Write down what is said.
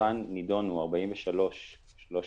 מתוכן נידונו 43,300